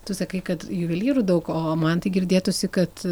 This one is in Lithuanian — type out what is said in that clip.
tu sakai kad juvelyrų daug o man tai girdėtųsi kad